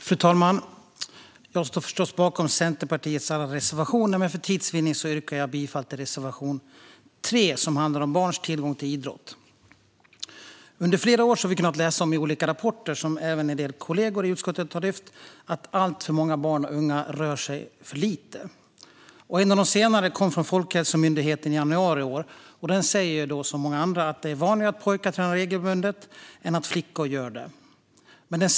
Fru talman! Jag står förstås bakom Centerpartiets alla reservationer, men för tids vinnande yrkar jag bifall endast till reservation 3 om barns tillgång till idrott. Som en del kollegor i utskottet redan har lyft fram har vi under flera år kunnat läsa i olika rapporter att alltför många barn och unga rör sig för lite. En av de senaste kom från Folkhälsomyndigheten i januari i år och visar att det är vanligare att pojkar än flickor tränar regelbundet.